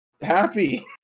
happy